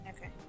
Okay